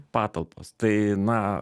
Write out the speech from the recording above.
patalpos tai na